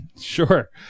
sure